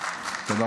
מה זה?